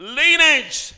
lineage